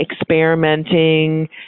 experimenting